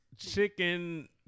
chicken